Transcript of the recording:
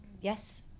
Yes